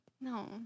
No